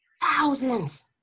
Thousands